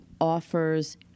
offers